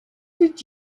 did